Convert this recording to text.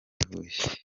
huye